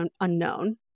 unknown